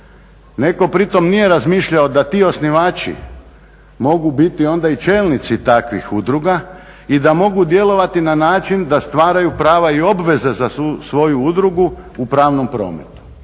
Netko pritom nije razmišljao da ti osnivači mogu biti onda i čelnici takvih udruga i da mogu djelovati na način da stvaraju prava i obveze za tu svoju udrugu u pravnom prometu.